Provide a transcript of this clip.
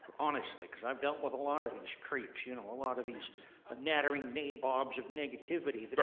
honestly, because i've dealt with a lot of these creeps, you know, a lot of these ah nattering nabobs of negativity